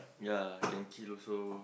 ya can chill also